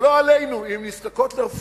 ולא עלינו, אם הן נזקקות לתרופה,